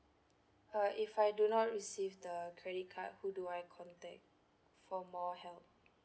uh if I do not receive the credit card who do I contact for more help